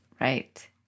Right